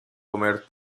comer